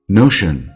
notion